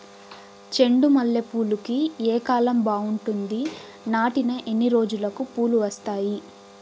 చెండు మల్లె పూలుకి ఏ కాలం బావుంటుంది? నాటిన ఎన్ని రోజులకు పూలు వస్తాయి?